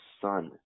Son